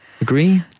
Agree